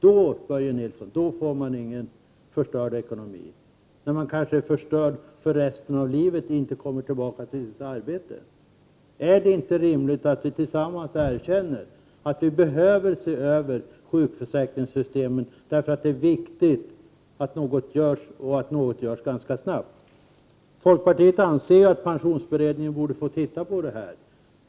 Då, Börje Nilsson, får man inte en förstörd ekonomi, när man kanske är förstörd för resten av livet och inte kommer tillbaka till sitt arbete. Är det inte rimligt att vi tillsammans erkänner att vi behöver se över sjukförsäkringssystemen, därför att det är viktigt att något görs ganska snabbt? Folkpartiet anser att pensionsberedningen borde få se över detta.